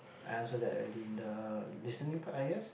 I answer that already the listening part I guess